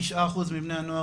תשעה אחוז מבני הנוער,